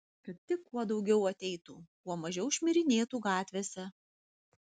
kad tik kuo daugiau ateitų kuo mažiau šmirinėtų gatvėse